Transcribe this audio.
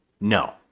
no